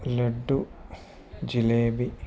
laddu jalebi